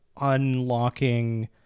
unlocking